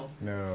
No